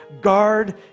guard